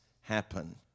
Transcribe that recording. happen